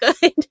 good